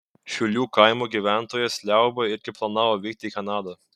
šiulių kaimo gyventojas liauba irgi planavo vykti į kanadą